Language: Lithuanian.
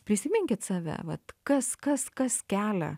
prisiminkit save vat kas kas kas kelia